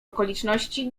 okoliczności